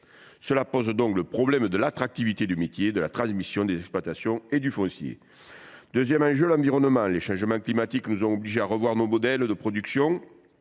Cela pose le problème de l’attractivité du métier, de la transmission des exploitations et du foncier. Deuxième enjeu : l’environnement. Les changements climatiques nous ont obligés à revoir nos modèles de production.